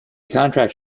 contract